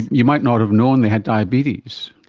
you might not have known they had diabetes.